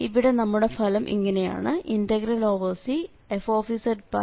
ഇവിടെ നമ്മുടെ ഫലം ഇങ്ങനെയാണ് Cfz z0dz2πif